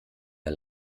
der